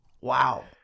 Wow